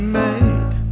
made